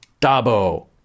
Dabo